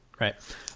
Right